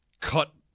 cut